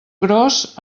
gros